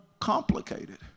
complicated